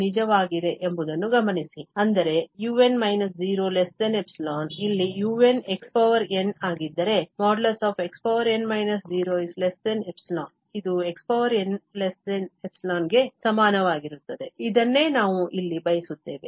ಆದ್ದರಿಂದ ಇದು ನಿಜವಾಗಿದೆ ಎಂಬುದನ್ನು ಗಮನಿಸಿ ಅಂದರೆ |un 0| ϵ ಇಲ್ಲಿ un xn ಆಗಿದ್ದರೆ |xn 0| ϵ ಇದು xn ϵ ಗೆ ಸಮಾನವಾಗಿರುತ್ತದೆ ಇದನ್ನೇ ನಾವು ಇಲ್ಲಿ ಬಯಸುತ್ತೇವೆ